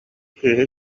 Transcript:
кыыһы